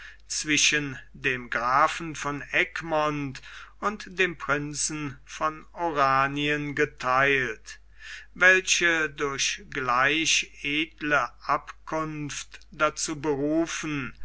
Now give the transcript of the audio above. zwischen dem grafen von egmont und dem prinzen von oranien getheilt welche durch gleich edle abkunft dazu berufen